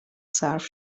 صرف